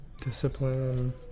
Discipline